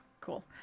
Cool